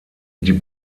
die